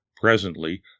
Presently